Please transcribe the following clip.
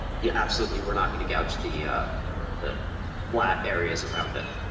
you absolutely were not gonna gouge the the flat areas around it.